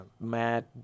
mad